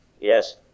Yes